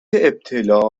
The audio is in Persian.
ابتلا